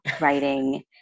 writing